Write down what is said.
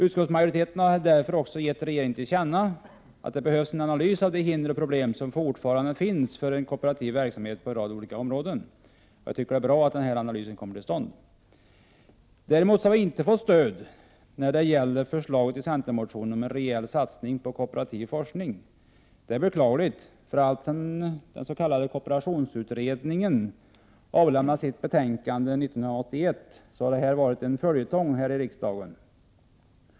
Utskottsmajoriteten har även givit regeringen till känna att det behövs en analys av hinder och problem som fortfarande finns för en kooperativ verksamhet på en rad olika områden. Jag tycker att det är bra att denna analys kommer till stånd. Däremot har vi inte fått stöd när det gäller förslaget i centermotionen om en rejäl satsning på kooperativ forskning, vilket är beklagligt. Alltsedan kooperationsutredningen avlämnade sitt betänkande 1981 har detta varit en följetong här i riksdagen.